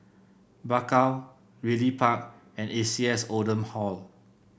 Bakau Ridley Park and A C S Oldham Hall